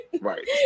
Right